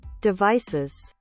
devices